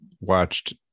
watched